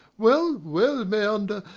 well, well, meander,